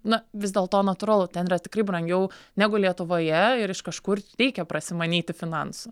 na vis dėlto natūralu ten yra tikrai brangiau negu lietuvoje ir iš kažkur reikia prasimanyti finansų